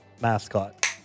mascot